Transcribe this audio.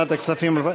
אבל לשנת הכספים 2018,